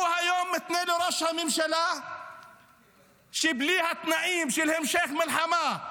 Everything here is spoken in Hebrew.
היום הוא מתנה לראש הממשלה שבלי התנאים של המשך מלחמה,